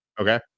okay